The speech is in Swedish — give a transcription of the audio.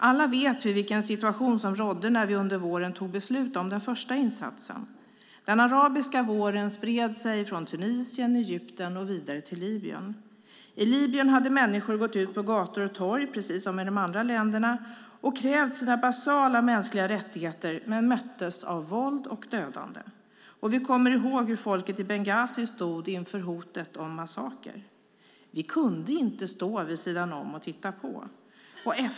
Vi vet alla vilken situation som rådde när vi under våren tog beslut om den första insatsen. Den arabiska våren spred sig från Tunisien och Egypten vidare till Libyen. I Libyen hade människor gått ut på gator och torg, precis som i de andra länderna, och krävt sina basala mänskliga rättigheter men mötts av våld och dödande. Vi kommer ihåg hur folket i Benghazi stod inför hotet om en massaker. Vi kunde inte stå vid sidan om och titta på.